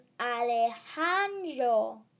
Alejandro